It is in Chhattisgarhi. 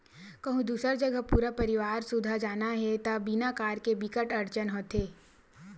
कहूँ दूसर जघा पूरा परवार सुद्धा जाना हे त बिना कार के बिकट अड़चन होथे